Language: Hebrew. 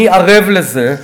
אני ערב לזה,